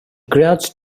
crouched